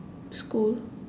school